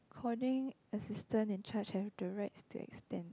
coding assistant in charge have the rights to extend